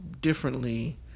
differently